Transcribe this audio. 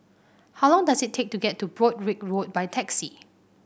how long does it take to get to Broadrick Road by taxi